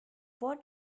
what